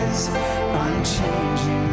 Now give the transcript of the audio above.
Unchanging